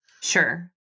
Sure